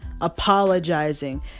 apologizing